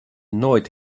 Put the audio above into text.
nooit